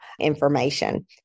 information